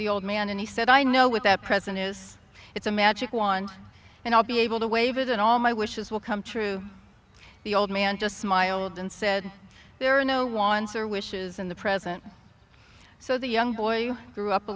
the old man and he said i know what that present is it's a magic wand and i'll be able to waive it and all my wishes will come true the old man just smiled and said there are no wants or wishes in the present so the young boy grew up a